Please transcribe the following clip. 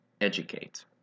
educate